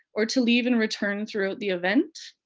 or to leave and return throughout the event.